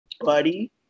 buddy